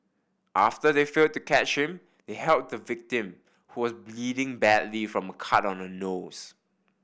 after they failed to catch him they helped the victim who was bleeding badly from a cut on her nose